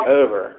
over